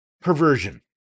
perversion